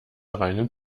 reinen